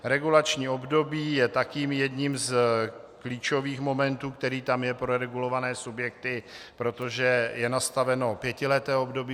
Regulační období je také jedním z klíčových momentů, který tam je pro regulované subjekty, protože je nastaveno pětileté období.